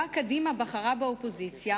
שבה קדימה בחרה באופוזיציה,